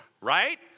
right